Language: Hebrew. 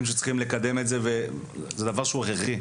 לגבי כך שצריך לקדם את זה ושזה דבר שהוא הכרחי,